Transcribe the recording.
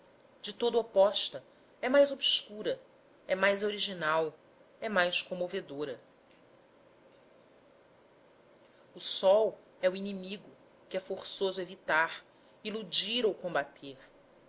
de todo oposta é mais obscura é mais original é mais comovedora o sol é o inimigo que é forçoso evitar iludir ou combater